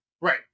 Right